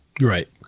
Right